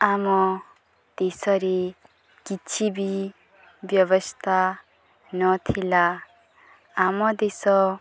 ଆମ ଦେଶରେ କିଛି ବି ବ୍ୟବସ୍ଥା ନଥିଲା ଆମ ଦେଶ